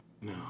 no